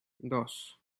dos